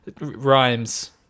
rhymes